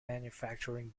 manufacturing